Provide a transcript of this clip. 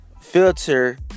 filter